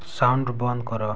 sound ବନ୍ଦ କର